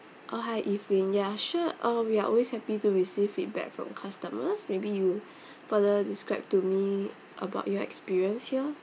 oh hi evelyn ya sure uh we are always happy to receive feedback from customers maybe you further describe to me about your experience here